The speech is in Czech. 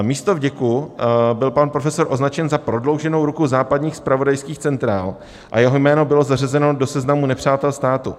Místo vděku byl pan profesor označen za prodlouženou ruku západních zpravodajských centrál a jeho jméno bylo zařazeno do seznamu nepřátel státu.